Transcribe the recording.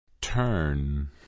turn